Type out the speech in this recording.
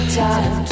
time